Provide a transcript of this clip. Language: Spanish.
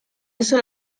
eso